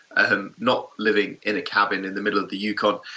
ah not living in a cabin in the middle of the yukon.